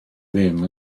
ddim